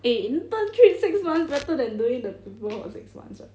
eh intern three six months better than doing the paper for six months [what]